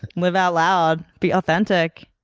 live out loud. be authentic.